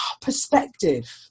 perspective